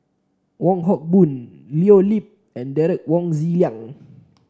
Wong Hock Boon Leo Yip and Derek Wong Zi Liang